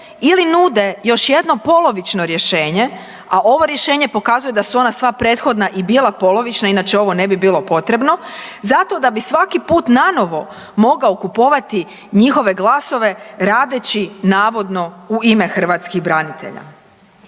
ili nude još jedno polovično rješenje, a ovo rješenje pokazuje da su ona sva prethodna i bila polovična jer inače ovo ne bi bilo potrebno zato da bi svaki put nanovo mogao kupovati njihove glasove radeći navodno u ime hrvatskih branitelja.